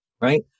right